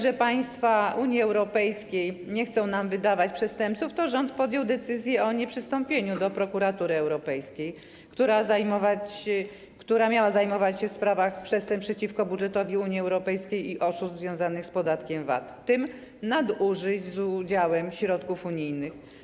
że państwa Unii Europejskiej nie chcą nam wydawać przestępców, to rząd podjął decyzję o nieprzystąpieniu do Prokuratury Europejskiej, która miała zajmować się sprawami przestępstw przeciwko budżetowi Unii Europejskiej i oszustw związanych z podatkiem VAT, w tym nadużyć w sprawach z udziałem środków unijnych?